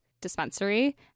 dispensary